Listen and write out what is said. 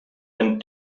and